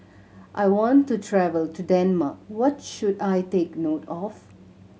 I want to travel to Denmark what should I take note of